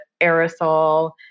aerosol